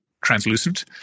translucent